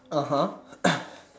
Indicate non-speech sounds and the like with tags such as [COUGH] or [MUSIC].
(uh huh) [COUGHS]